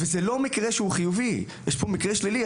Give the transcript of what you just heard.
זה לא מקרה חיובי זה מקרה שלילי.